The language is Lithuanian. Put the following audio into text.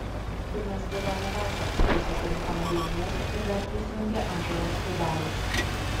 kur mes buvome vakar kai susirinkome devyniese ir dar prisijungė ąžuolas tubelis